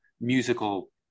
musical